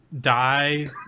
die